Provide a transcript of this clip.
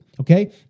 okay